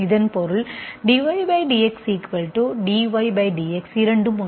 இதன் பொருள் dydxdYdX இரண்டும் ஒன்றே